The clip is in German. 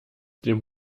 dem